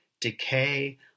decay